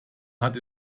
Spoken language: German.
hat